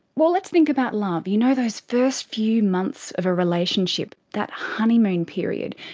well, let's think about love. you know those first few months of a relationship, that honeymoon period,